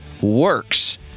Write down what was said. works